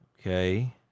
Okay